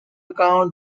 account